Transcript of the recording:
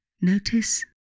Notice